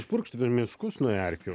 išpurkšti per miškus nuo erkių